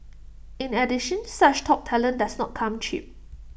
in addition such top talent does not come cheap